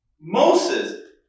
Moses